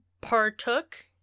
partook